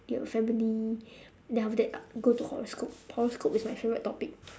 you have family then after that uh go to horoscope horoscope is my favourite topic